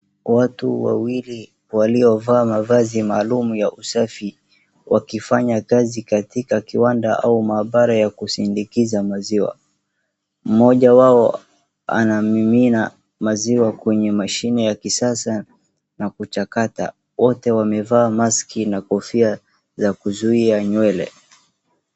Watu wawili waliovaa mavazi maalum ya usafi wakifanya kazi katika kiwanda au mahabara ya kusindikiza maziwa. Mmoja wao anamimina maziwa kwenye mashini ya kisasa na kuchakata. Wote wamevaa maski na kofia ya kuzuia nywele.